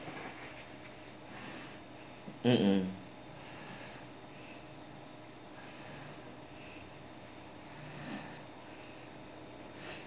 mmhmm